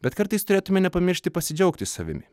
bet kartais turėtumėme nepamiršti pasidžiaugti savimi